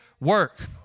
Work